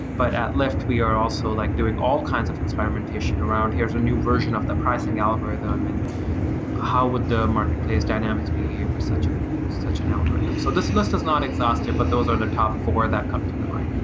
but at lyft, we are also like doing all kinds of experimentation around here's a new version of the pricing algorithm and how would the marketplace dynamics behave for such an such an algorithm? so this list is not exhaustive, but those are the top four that come to the mind.